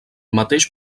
mateix